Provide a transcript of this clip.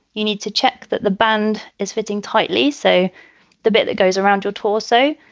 you need to check that the band is fitting tightly. so the bit that goes around your torso,